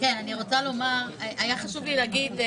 אין שום בעיה במוצרים שהם לא מוצרי מזון.